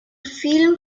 film